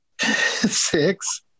Six